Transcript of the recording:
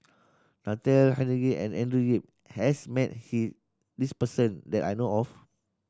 Natalie Hennedige and Andrew Yip has met he this person that I know of